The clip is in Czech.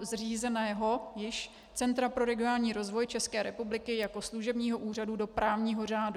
zřízeného centra pro regionální rozvoj České republiky jako služebního úřadu do právního řádu.